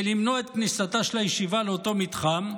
למנוע את כניסתה של הישיבה לאותו מתחם,